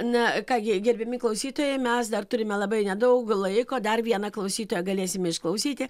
na ką gi gerbiami klausytojai mes dar turime labai nedaug laiko dar vieną klausytoją galėsime išklausyti